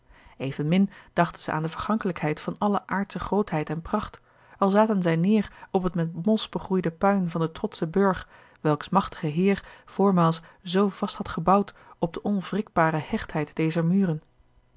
evenmin dachten ze aan de vergankelijkheid van alle aardsche grootheid en pracht al zaten zij neêr op het met mos begroeide puin van den trotschen burg welks machtige heer voormaals zoo vast had gebouwd op de onwrikbare hechtheid dezer muren